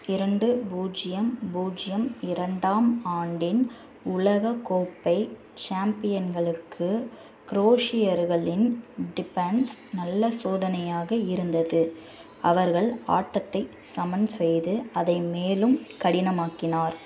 இரண்டு பூஜ்ஜியம் பூஜ்ஜியம் இரண்டாம் ஆண்டின் உலகக் கோப்பை சாம்பியன்களுக்கு குரோஷியர்களின் டிஃபன்ஸ் நல்ல சோதனையாக இருந்தது அவர்கள் ஆட்டத்தை சமன் செய்து அதை மேலும் கடினமாக்கினார்